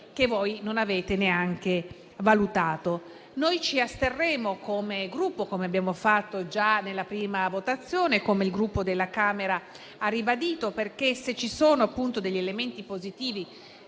che voi non avete neanche valutato. Noi ci asterremo come Gruppo, come abbiamo fatto già nella prima votazione, come il Gruppo della Camera ha ribadito, perché se ci sono degli elementi positivi;